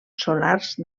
solars